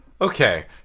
okay